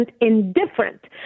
indifferent